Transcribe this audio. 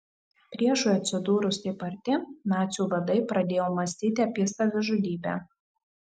priešui atsidūrus taip arti nacių vadai pradėjo mąstyti apie savižudybę